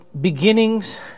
beginnings